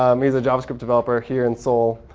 um he's a javascript developer here in seoul.